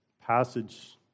passage